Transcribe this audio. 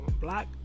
black